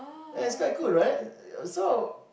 and it's quite cool right so